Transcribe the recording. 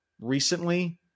recently